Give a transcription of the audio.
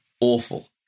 awful